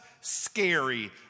scary